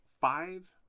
Five